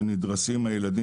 שנדרסים הילדים,